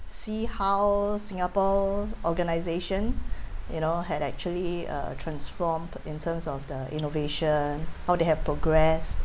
see how singapore organisation you know had actually uh transformed in terms of the innovation how they have progressed